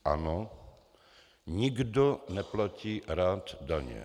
Ano, nikdo neplatí rád daně.